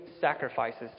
sacrifices